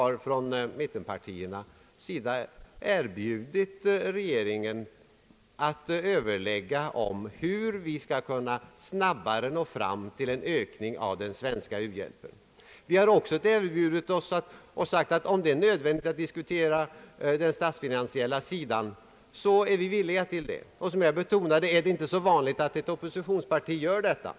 Mittenpartierna har erbjudit regeringen att överlägga om hur vi skall kunna snabbare nå fram till en ökning av den svenska u-hjälpen. Vi har också sagt att om det är nödvändigt att disku tera den statsfinansiella sidan så är vi villiga till det. Som jag betonade, är det inte så vanligt att oppositionspartier gör sådana erbjudanden.